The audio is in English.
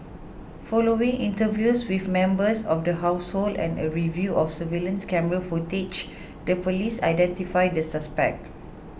following interviews with members of the household and a review of surveillance camera footage the police identified the suspect